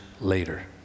later